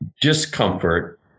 discomfort